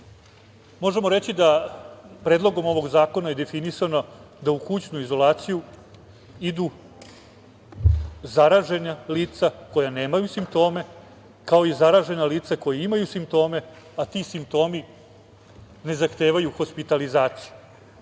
možemo reći da predlogom ovog zakona je definisano da u kućnu izolaciju idu zaražena lica koja nemaju simptome, kao i zaražena lica koja imaju simptome, a ti simptomi ne zahtevaju hospitalizaciju. Ovo